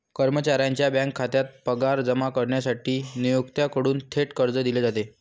कर्मचाऱ्याच्या बँक खात्यात पगार जमा करण्यासाठी नियोक्त्याकडून थेट कर्ज दिले जाते